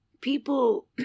People